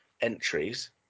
entries